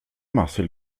marcel